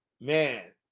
man